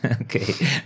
Okay